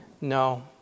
No